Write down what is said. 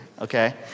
okay